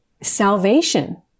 salvation